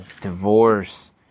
divorce